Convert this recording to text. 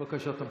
בבקשה, תמשיך.